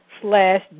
slash